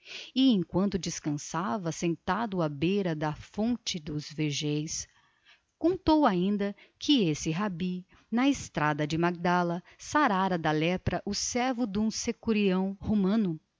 enquanto descansava sentado à beira da fonte dos vergéis contou ainda que esse rabi na estrada de magdala sarara da lepra o servo de um decurião romano